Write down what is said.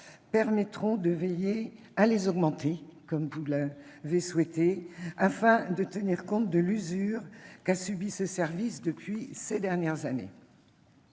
permettront de les augmenter, comme vous l'avez souhaité, afin de tenir compte de l'usure qu'a subie ce service ces dernières années.